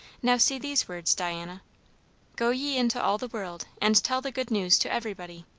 now see these words, diana go ye into all the world, and tell the good news to everybody